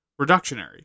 reductionary